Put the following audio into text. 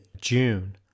June